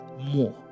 more